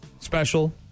special